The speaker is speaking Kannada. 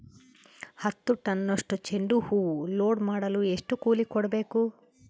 ಹತ್ತು ಟನ್ನಷ್ಟು ಚೆಂಡುಹೂ ಲೋಡ್ ಮಾಡಲು ಎಷ್ಟು ಕೂಲಿ ಕೊಡಬೇಕು?